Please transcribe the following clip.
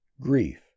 grief